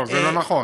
לא, זה לא נכון.